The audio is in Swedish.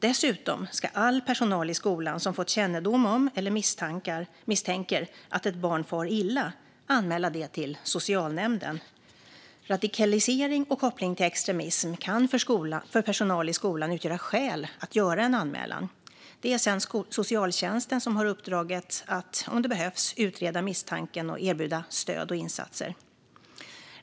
Dessutom ska all personal i skolan som får kännedom om eller misstänker att ett barn far illa anmäla det till socialnämnden. Radikalisering och koppling till extremism kan för personal i skolan utgöra skäl att göra en anmälan. Det är sedan socialtjänsten som har uppdraget att, om det behövs, utreda misstanken och erbjuda stöd och insatser.